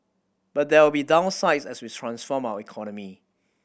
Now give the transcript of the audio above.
but there will be downsides as we transform our economy